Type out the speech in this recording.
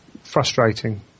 frustrating